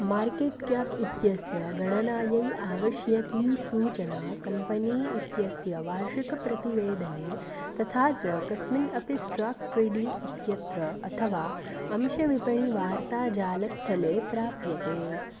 market cap इत्यस्य गणनायै आवश्यकी सूचना कम्पनी इत्यस्य वार्षिकप्रतिवेदने तथा च कस्मिन् अपि स्ट्राक् ट्रेडिङ्ग् इत्यत्र अथवा अंशविपणीवार्ताजालस्थले प्राप्यते